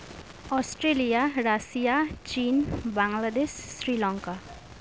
Australia Russia China Bangladesh Sri Lanka